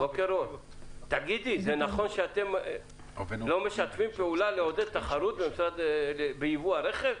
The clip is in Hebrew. זה נכון שאתם לא משתפים פעולה לעודד תחרות ביבוא הרכב?